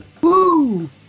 Woo